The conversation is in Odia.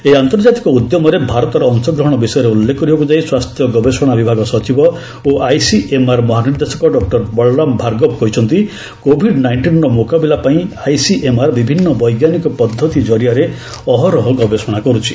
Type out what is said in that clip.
ଏହି ଆନ୍ତର୍ଜାତିକ ଉଦ୍ୟମରେ ଭାରତର ଅଶଗ୍ରହଣ ବିଷୟରେ ଉଲ୍ଲେଖ କରିବାକୁ ଯାଇ ସ୍ୱାସ୍ଥ୍ୟ ଗବେଷଣା ବିଭାଗ ସଚିବ ଓ ଆଇସିଏମ୍ଆର୍ ମହାନିର୍ଦ୍ଦେଶକ ଡକ୍ଟର ବଳରାମ ଭାର୍ଗବ କହିଛନ୍ତି କୋଭିଡ୍ ନାଇଷ୍ଟିନ୍ର ମୁକାବିଲା ପାଇଁ ଆଇସିଏମ୍ଆର୍ ବିଭିନ୍ନ ବୈଜ୍ଞାନିକ ପଦ୍ଧତି ଜରିଆରେ ଅହରହ ଗବେଷଣା କରୁଛି